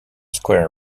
square